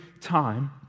time